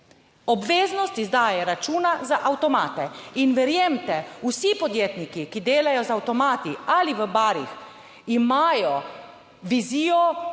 Obveznost izdaje računa za avtomate, in verjemite, vsi podjetniki, ki delajo z avtomati ali v barih, imajo vizijo,